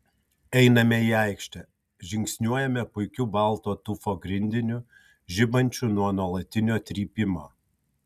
einame į aikštę žingsniuojame puikiu balto tufo grindiniu žibančiu nuo nuolatinio trypimo